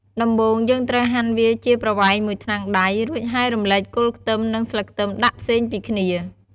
ដំបូងយើងត្រូវហាន់វាជាប្រវែងមួយថ្នាំងដៃ រួចហើយរំលែកគល់ខ្ទឹម និង ស្លឹកខ្ទឹមដាក់ផ្សេងពីគ្នា។